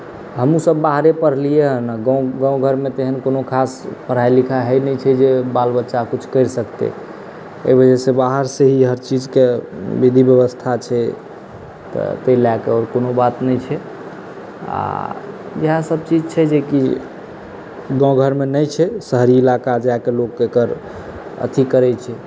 हमहूँसभ बाहरे पढ़लियै हेँ गाँव गाँव घरमे तऽ एहन कोनो खास पढ़ाइ लिखाइ होइत नहि छै जे बाल बच्चा कुछ करि सकतै एहि वजहसँ बाहरसँ ही हर चीजके लए विधि व्यवस्था छै तऽ ताहि लए कऽ आओर कोनो बात नहि छै आ इएहसभ चीज छै जेकि गाँव घरमे नहि छै शहरी इलाका जा कऽ लोक एकर अथी करैत छै